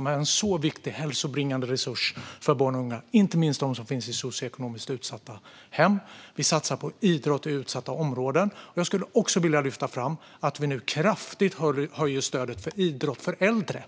Det är en mycket viktig hälsobringande resurs för barn och unga, inte minst för dem som finns i socioekonomiskt utsatta hem. Vi satsar på idrott i utsatta områden. Jag skulle också vilja lyfta fram att vi nu kraftigt ökar stödet till idrott för äldre.